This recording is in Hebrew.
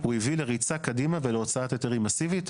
הוא הביא לריצה קדימה ולהוצאת היתרים מאסיבית.